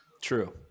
True